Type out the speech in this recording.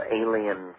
alien